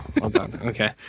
Okay